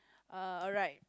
uh alright